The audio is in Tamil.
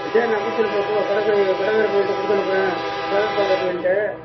சரி நான் கொடுத்து அனுப்புகிறேன் கோ கடைக்கார கடைக்கார பயல்கிட்ட கொடுத்து அனுப்புகிறேன் வேலை பார்க்கற பையன்கிட்ட